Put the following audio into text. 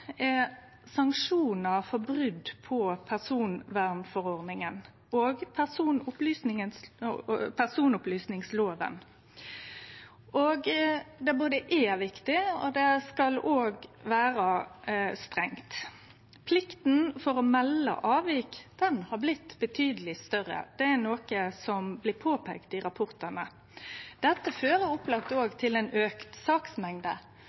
likeins sanksjonar for brot på personvernforordninga og personopplysingsloven. Det er viktig og skal òg vere strengt. Plikta til å melde avvik har blitt betydeleg større. Det er noko som blir påpeikt i rapportane. Dette fører opplagt òg til ei auka saksmengde, og ei auka saksmengde på dette området er